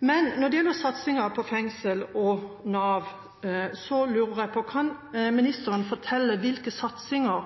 Når det gjelder satsingen på fengsel og Nav, lurer jeg på om arbeids- og sosialministeren kan fortelle hvilke satsinger